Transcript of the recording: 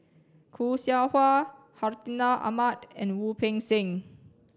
Khoo Seow Hwa Hartinah Ahmad and Wu Peng Seng